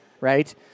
right